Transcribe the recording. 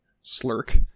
slurk